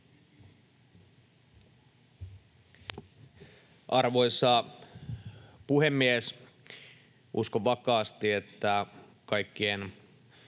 Arvoisa puhemies! Uskon vakaasti, että kaikkien